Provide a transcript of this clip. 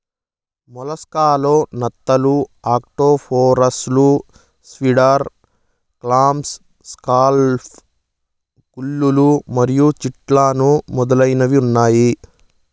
mollusc లలో నత్తలు, ఆక్టోపస్లు, స్క్విడ్, క్లామ్స్, స్కాలోప్స్, గుల్లలు మరియు చిటాన్లు మొదలైనవి ఉన్నాయి